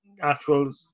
actual